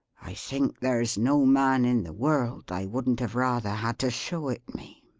i think there's no man in the world i wouldn't have rather had to show it me.